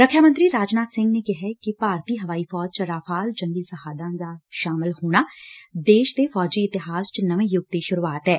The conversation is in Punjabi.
ਰੱਖਿਆ ਮੰਤਰੀ ਰਾਜਨਾਬ ਸਿੰਘ ਨੇ ਕਿਹੈ ਕਿ ਭਾਰਤੀ ਹਵਾਈ ਫੌਜ ਚ ਰਾਫ਼ਾਲ ਜੰਗੀ ਜਹਾਜ਼ਾਂ ਦਾ ਸ਼ਾਮਲ ਹੋਣਾ ਦੇਸ਼ ਦੇ ਫੌਜੀ ਇਤਿਹਾਸ ਚ ਨਵੇ ਯੁੱਗ ਦੀ ਸੁਰੁਆਤ ਐ